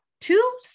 two